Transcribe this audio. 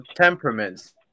temperaments